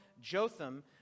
Jotham